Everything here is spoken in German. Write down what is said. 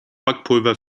backpulver